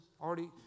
already